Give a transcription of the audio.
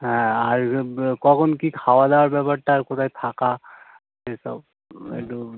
হ্যাঁ আর কখন কী খাওয়া দাওয়ার ব্যাপারটা আর কোথায় থাকা এসব একটু